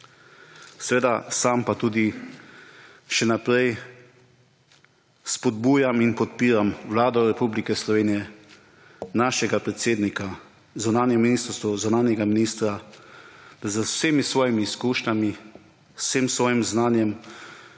seveda sam pa tudi še naprej spodbujam in podpiram Vlado Republike Slovenije, našega predsednika, zunanje ministrstvo, zunanjega ministra, da z vsemi svojimi izkušnjami vsem svojim znanjem